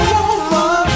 woman